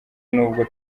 n’ubwo